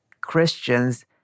Christians